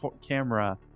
camera